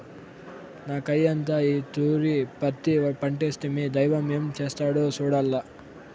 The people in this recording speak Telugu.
మాకయ్యంతా ఈ తూరి పత్తి పంటేస్తిమి, దైవం ఏం చేస్తాడో సూడాల్ల